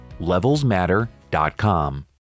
levelsmatter.com